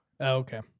Okay